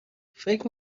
فکر